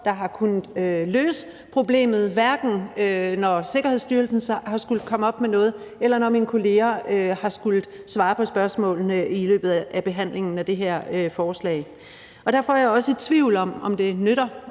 der har kunnet løse problemet, hverken når Sikkerhedsstyrelsen har skullet komme op med noget, eller når mine kolleger har skullet svare på spørgsmålene i løbet af behandlingen af det her forslag. Derfor er jeg også i tvivl om, om det nytter